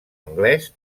anglès